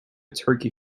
turkey